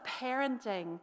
parenting